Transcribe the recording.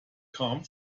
come